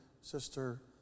sister